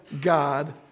God